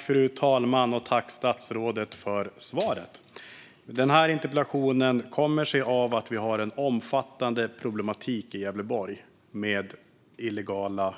Fru talman! Jag tackar statsrådet för svaret. Interpellationen kommer sig av att det finns omfattande problem i Gävleborg med illegala